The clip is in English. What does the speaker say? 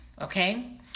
okay